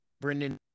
Brendan